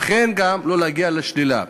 וכן לא להגיע לשלילה.